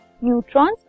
neutrons